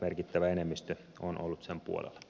merkittävä enemmistö on ollut sen puolella